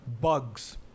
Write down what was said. bugs